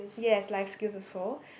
yes life skills also